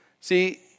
See